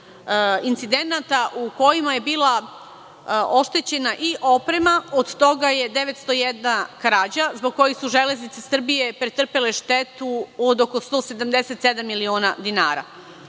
incidenata u kojima je bila oštećena i oprema. Od toga je 901 krađa zbog koje su „Železnice Srbije“ pretrpele štetu od oko 177 miliona dinara. Lopovi